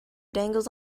dangles